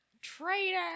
Traitor